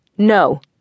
No